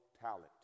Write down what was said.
talent